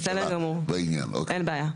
בסדר גמור, אין בעיה.